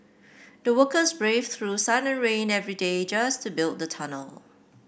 the workers braved through sun and rain every day just to build the tunnel